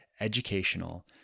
educational